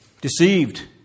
deceived